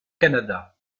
canada